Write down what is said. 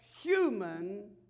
human